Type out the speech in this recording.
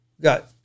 got